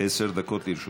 עשר דקות לרשותך.